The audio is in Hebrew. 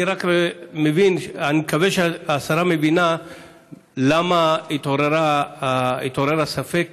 אני מקווה שהשרה מבינה למה התעורר הספק,